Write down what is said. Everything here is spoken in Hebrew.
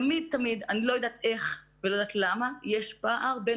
תמיד אני לא יודעת איך ואני לא יודעת למה יש פער בין